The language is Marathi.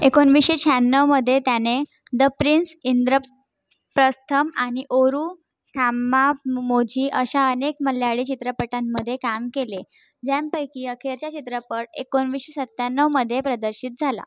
एकोणवीसशे शहाण्णवमध्ये त्याने द प्रिन्स इंद्रप्रस्थम् आणि ओरू थाम्माममोझी अशा अनेक मल्ल्याळी चित्रपटांमध्ये काम केले ज्यांपैकी अखेरचा चित्रपट एकोणवीसशे सत्त्याण्णवमध्ये प्रदर्शित झाला